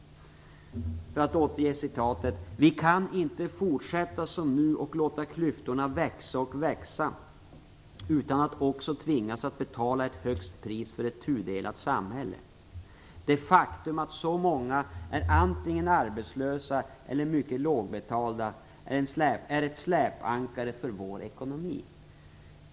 För att återge citatet: "Vi kan inte fortsätta som nu och låta klyftorna växa och växa utan att också tvingas att betala ett högt pris för ett tudelat samhälle. Det faktum att så många är antingen arbetslösa eller mycket lågbetalda är ett släpankare för vår ekonomi."